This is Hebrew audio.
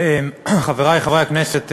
תודה רבה, חברי חברי הכנסת,